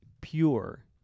pure